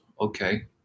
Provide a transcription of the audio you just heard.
Okay